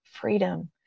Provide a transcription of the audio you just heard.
freedom